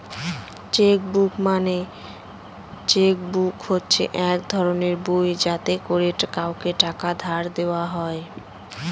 check book হচ্ছে এক ধরনের বই যাতে করে কাউকে টাকা দেওয়া হয়